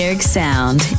sound